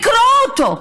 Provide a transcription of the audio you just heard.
לקרוא אותו,